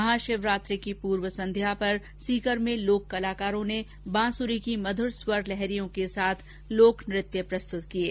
महाशिवरात्रि की पूर्व संध्या पर सीकर में लोक कलाकारों ने बांसुरी की मधुर स्वर लहरियों के साथ लोक नृत्य प्रस्तुत किये